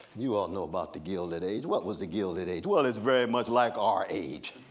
you all know about the gilded age, what was the gilded age? well it's very much like our age,